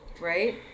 Right